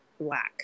black